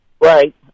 Right